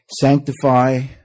Sanctify